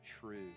true